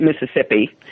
Mississippi